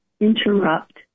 interrupt